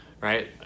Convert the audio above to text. right